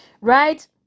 right